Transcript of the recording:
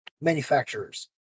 Manufacturers